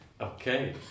Okay